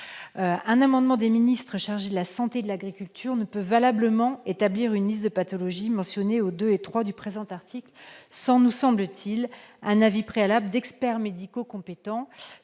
Un arrêté des ministres chargés de la santé et de l'agriculture ne peut valablement établir une liste des pathologies mentionnées aux 2° et 3° du présent article sans un avis préalable d'experts médicaux compétents-